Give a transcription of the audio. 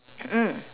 mm